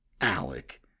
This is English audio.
Alec